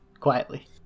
quietly